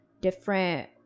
different